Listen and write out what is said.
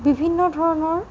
বিভিন্ন ধৰণৰ